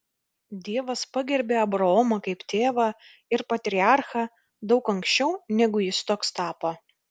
dievas pagerbė abraomą kaip tėvą ir patriarchą daug anksčiau negu jis toks tapo